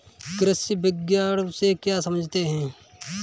कृषि विपणन से क्या समझते हैं?